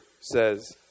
says